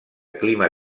clima